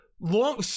long